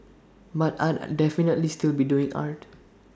but I'll definitely still be doing art